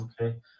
okay